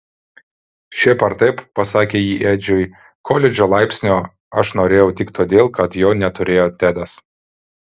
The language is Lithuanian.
šiaip ar taip pasakė ji edžiui koledžo laipsnio aš norėjau tik todėl kad jo neturėjo tedas